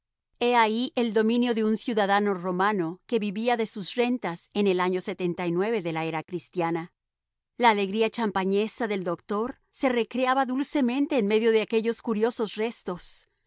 he ahí el dominio de un ciudadano romano que vivía de sus rentas en el año de la era cristiana la alegría champañesa del doctor se recreaba dulcemente en medio de aquellos curiosos restos